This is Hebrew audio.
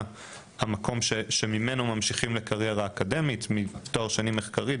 המקום שממנו ממשיכים לקריירה אקדמית מתואר שני מחקרי,